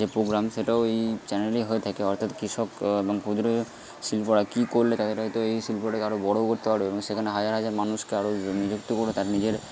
যে প্রোগ্রাম সেটা ওই চ্যানেলেই হয়ে থাকে অর্থাৎ কৃষক এবং ক্ষুদ্র শিল্পরা কী করলে তাদের হয়তো এই শিল্পটাকে আরো বড়ো করতে পারবে এবং সেখানে হাজার হাজার মানুষকে আরও নিযুক্ত করে তার নিজের